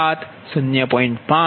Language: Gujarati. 5 0